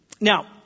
Now